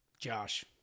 Josh